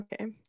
okay